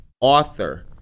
author